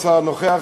השר הנוכח,